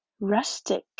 Rustic